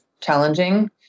challenging